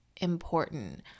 important